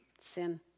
sin